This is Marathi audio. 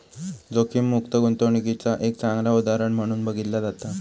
जोखीममुक्त गुंतवणूकीचा एक चांगला उदाहरण म्हणून बघितला जाता